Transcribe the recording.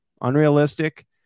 unrealistic